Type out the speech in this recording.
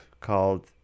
called